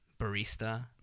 barista